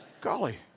Golly